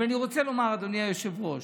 אבל אני רוצה לומר, אדוני היושב-ראש: